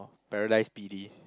Paradise BP_D